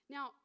Now